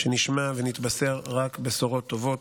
שנשמע ונתבשר רק בשורות טובות.